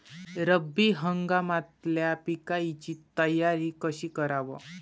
रब्बी हंगामातल्या पिकाइची तयारी कशी कराव?